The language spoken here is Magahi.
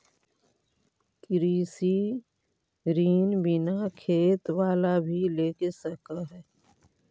कृषि ऋण बिना खेत बाला भी ले सक है?